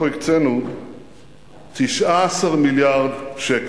אנחנו הקצינו 19 מיליארד שקל.